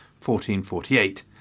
1448